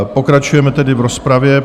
Pokračujeme tedy v rozpravě.